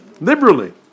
Liberally